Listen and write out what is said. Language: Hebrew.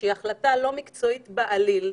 שהיא בלתי מקצועית בעליל,